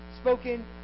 spoken